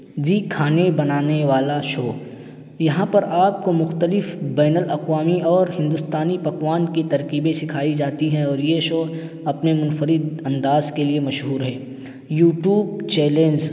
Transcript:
جی کھانے بنانے والا شو یہاں پر آپ کو مختلف بین الاقوامی اور ہندوستانی پکوان کی ترکیبیں سکھائی جاتی ہیں اور یہ شو اپنے منفرد انداز کے لیے مشہور ہے یو ٹوب چیلینج